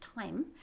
time